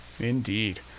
Indeed